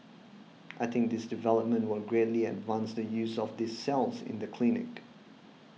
I think this development will greatly advance the use of these cells in the clinic